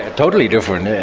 totally different, yeah.